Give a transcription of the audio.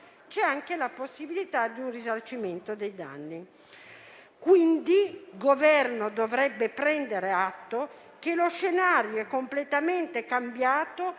c'è anche la possibilità di un risarcimento dei danni. Quindi, il Governo dovrebbe prendere atto che lo scenario è completamente cambiato